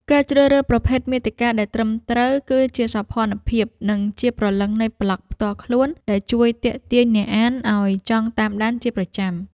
ការជ្រើសរើសប្រភេទមាតិកាដែលត្រឹមត្រូវ គឺជាសោភ័ណភាព និងជាព្រលឹងនៃប្លក់ផ្ទាល់ខ្លួនដែលជួយទាក់ទាញអ្នកអានឱ្យចង់តាមដានជាប្រចាំ។